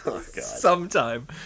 Sometime